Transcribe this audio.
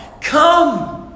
Come